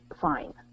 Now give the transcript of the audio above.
fine